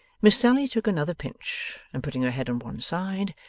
miss sally took another pinch, and putting her head on one side,